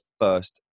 first